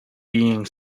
being